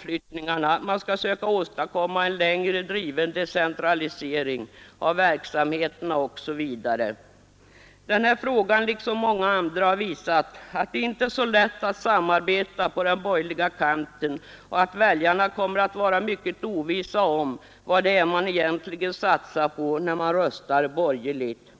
vill åstadkomma en längre driven decentralisering av verksamheterna, skjuta på omflyttningarna osv.? Den här frågan, liksom många andra, har visat att det inte är så lätt att samarbeta på den borgerliga kanten och att väljarna kommer att vara mycket ovissa om vad de egentligen satsar på när de röstar borgerligt.